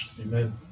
Amen